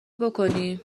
بکنی